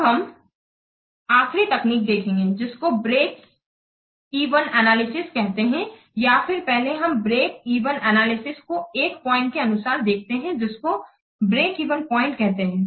अब हम आख़िरी तकनीक देखेंगे जिसको ब्रेक इवन एनालिसिस कहते हैं या फिर पहले हम ब्रेक इवन एनालिसिस को 1 पॉइंट के अनुसार देखते हैं जिसको ब्रेक इवन प्वाइंट कहते हैं